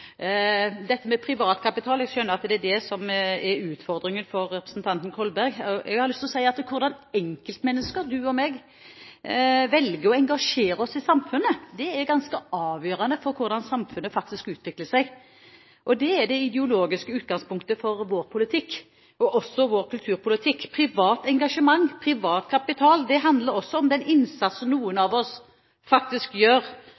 dette med privatkapital som er utfordringen for representanten Kolberg. Jeg har lyst til å si at hvordan enkeltmennesker – du og jeg – velger å engasjere seg i samfunnet, er ganske avgjørende for hvordan samfunnet faktisk utvikler seg, og det er det ideologiske utgangspunktet for vår politikk og også for vår kulturpolitikk. Privat engasjement og privat kapital handler om den innsatsen noen av oss faktisk gjør